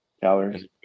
calories